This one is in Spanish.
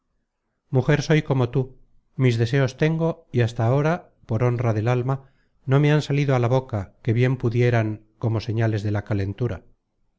mujer soy como tú mis deseos tengo y hasta ahora por honra del alma no me han salido á la boca que bien pudieran como señales de la calentura